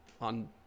on